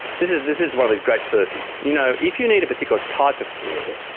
this is this is one of these great furphies. you know if you need a particular type of care,